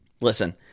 Listen